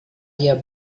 dia